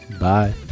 Bye